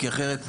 כי אחרת,